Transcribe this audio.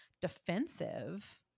defensive